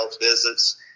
visits